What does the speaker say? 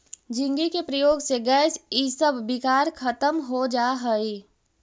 झींगी के प्रयोग से गैस इसब विकार खत्म हो जा हई